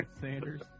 Sanders